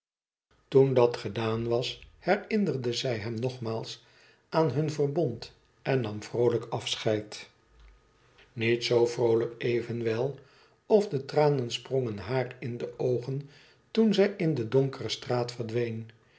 toen dat gedaan was herinnerde zij hem nogmaals aan hun verbond en nam vroolijk of de tranen sprongen haar in de oon toen hij in de donkere straat verdween